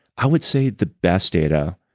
i would say the best data,